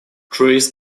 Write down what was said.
trees